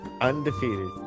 undefeated